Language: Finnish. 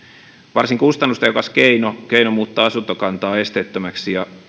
varsin kustannustehokas keino keino muuttaa asuntokantaa esteettömäksi ja